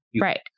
Right